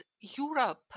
Europe